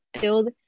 build